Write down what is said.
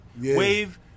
Wave